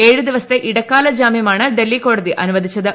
ഏഴ് ദിവസത്തെ ഇടക്കാല ജാമ്യമാണ് ഡൽഹി കോടതി അനുവദിച്ചത്